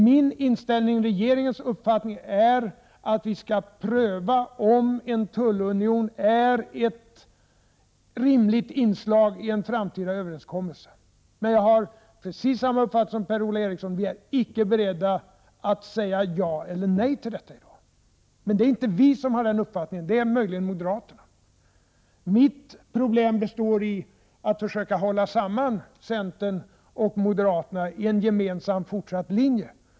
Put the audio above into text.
Min och regeringens inställning är att vi skall pröva om en tullunion är ett rimligt inslag i en framtida överenskommelse. Men jag har precis samma uppfattning som Per-Ola Eriksson: vi är icke beredda att säga ja eller nej till detta i dag. Det är inte vi som har den uppfattningen, utan det är moderaterna. Mitt problem består i att försöka hålla samman centern och moderaterna omkring en gemensam fortsatt linje.